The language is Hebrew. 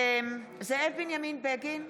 זאב בנימין בגין,